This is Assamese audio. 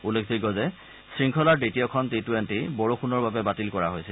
উল্লেখযোগ্য যে শংখলাৰ দ্বিতীয়খন টি টুৱেণ্টি বৰষুণৰ বাবে বাতিল কৰা হৈছিল